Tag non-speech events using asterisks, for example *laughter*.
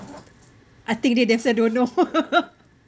I think they definitely don't know *laughs*